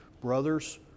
Brothers